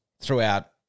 throughout